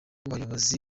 bayobozi